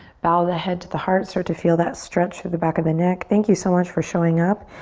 bow the head to the heart, start to feel that stretch through the back of the neck. thank you so much for showing up.